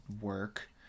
work